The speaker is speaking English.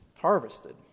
harvested